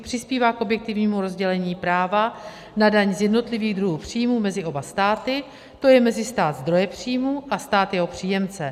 Přispívá k objektivnímu rozdělení práva na daň z jednotlivých druhů příjmů mezi oba státy, to je mezi stát zdroje příjmů a stát jeho příjemce.